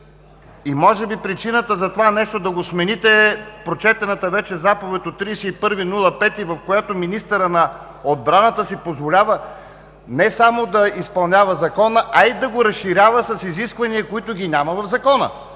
Може би причината за това нещо – да го смените, е прочетената вече заповед от 31 май 2017 г., в която министърът на отбраната си позволява не само да изпълнява Закона, а и да го разширява с изисквания, които ги няма в Закона.